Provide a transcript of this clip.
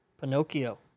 Pinocchio